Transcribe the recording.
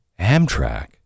Amtrak